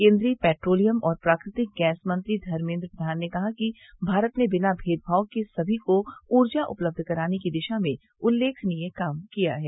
केन्द्रीय पैट्रोलियम और प्राकृतिक गैस मंत्री धर्मेन्द्र प्रधान ने कहा कि भारत ने बिना भेदभाव के सभी को ऊर्जा उपलब्ध कराने की दिशा में उल्लेखनीय काम किया है